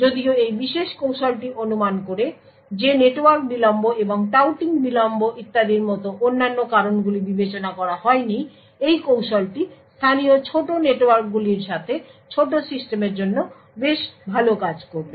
যদিও এই বিশেষ কৌশলটি অনুমান করে যে নেটওয়ার্ক বিলম্ব এবং টাউটিং বিলম্ব ইত্যাদির মতো অন্যান্য কারণগুলি বিবেচনা করা হয়নি এই কৌশলটি স্থানীয় ছোট নেটওয়ার্কগুলির সাথে ছোট সিস্টেমের জন্য বেশ ভাল কাজ করবে